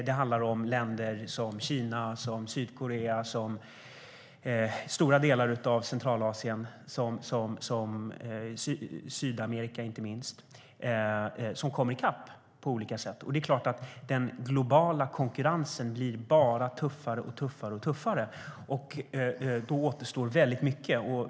Det handlar om länder som Kina och Sydkorea och om stora delar av Centralasien och Sydamerika, inte minst, som kommer i kapp på olika sätt. Det är klart att den globala konkurrensen bara blir tuffare och tuffare. Då återstår väldigt mycket.